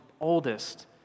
oldest